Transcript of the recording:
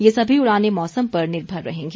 ये सभी उड़ानें मौसम पर निर्भर रहेंगी